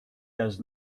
does